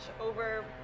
over